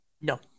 no